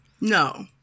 No